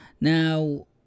Now